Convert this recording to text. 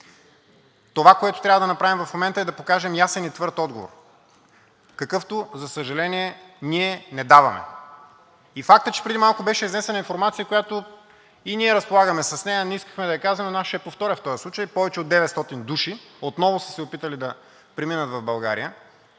Това, което трябва да направим в момента, е да покажем ясен и твърд отговор, какъвто, за съжаление, ние не даваме. И фактът, че преди малко беше изнесена информация, с която и ние разполагаме, не искам да я казвам, но аз ще я повторя в този случай. Повече от 900 души отново са се опитали да преминат в България,